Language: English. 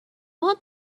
want